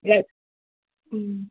yes